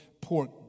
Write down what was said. pork